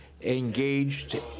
engaged